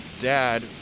dad